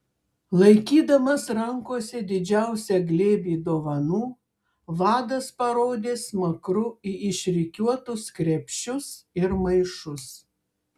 laikydamas rankose didžiausią glėbį dovanų vadas parodė smakru į išrikiuotus krepšius ir maišus